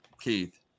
Keith